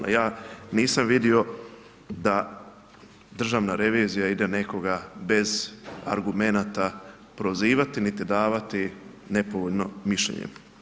Ali ja nisam vidio da državna revizija ide nekoga bez argumenata prozivati niti davati nepovoljno mišljenje.